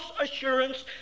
assurance